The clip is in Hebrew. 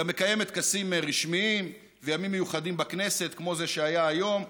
גם מקיימת טקסים רשמיים וימים מיוחדים בכנסת כמו זה שהיה היום,